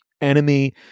enemy